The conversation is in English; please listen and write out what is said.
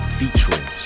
featuring